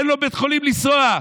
אין לו בית חולים לנסוע אליו,